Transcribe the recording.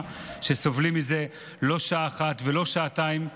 וסובלים מזה לא שעה אחת ולא שעתיים.